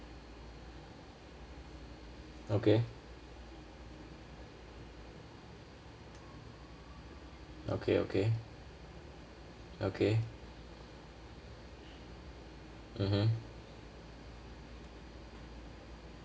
okay okay okay okay mmhmm